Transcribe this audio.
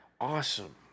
Awesome